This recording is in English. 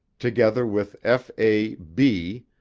together with f. a. bee,